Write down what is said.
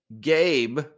Gabe